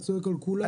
צועק על כולם.